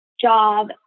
job